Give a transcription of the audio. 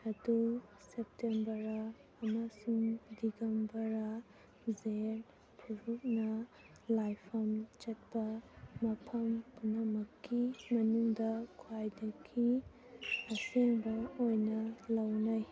ꯑꯗꯨ ꯁꯦꯞꯇꯦꯝꯕꯔ ꯑꯃꯁꯨꯡ ꯗꯤꯒꯝꯕꯔꯥ ꯖꯦ ꯐꯨꯔꯨꯞꯅ ꯂꯥꯏꯐꯝ ꯆꯠꯄ ꯃꯐꯝ ꯄꯨꯝꯅꯃꯛꯀꯤ ꯃꯅꯨꯡꯗ ꯈ꯭ꯋꯥꯏꯗꯒꯤ ꯑꯁꯦꯡꯕ ꯑꯣꯏꯅ ꯂꯧꯅꯩ